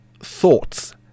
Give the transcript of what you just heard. thoughts